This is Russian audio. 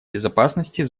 безопасности